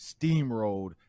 steamrolled